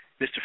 Mr